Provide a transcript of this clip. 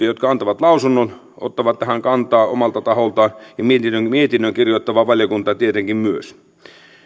jotka antavat lausunnon ottavat tähän kantaa omalta taholtaan ja mietinnön mietinnön kirjoittava valiokunta tietenkin myös